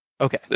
Okay